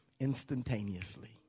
instantaneously